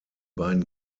beiden